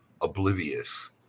oblivious